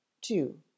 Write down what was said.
two